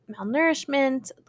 malnourishment